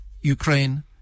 Ukraine